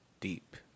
Deep